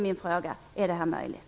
Min fråga är om detta är möjligt.